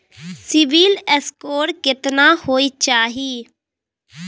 CIBIL score केतना होय चाही?